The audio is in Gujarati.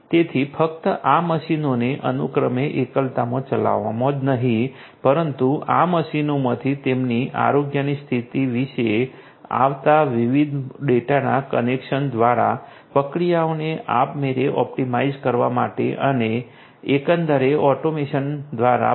તેથી ફક્ત આ મશીનોને અનુક્રમે એકલતામાં ચલાવવામાં જ નહીં પરંતુ આ મશીનોમાંથી તેમની આરોગ્યની સ્થિતિ વિશે આવતા વિવિધ ડેટાના કનેક્શન દ્વારા પ્રક્રિયાઓને આપમેળે ઑપ્ટિમાઇઝ કરવા માટે અને એકંદરે ઓટોમેશન દ્વારા પણ